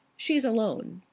she's alone.